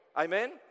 Amen